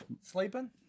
Sleeping